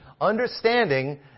Understanding